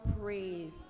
praise